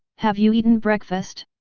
have you eaten breakfast?